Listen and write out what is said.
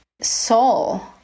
soul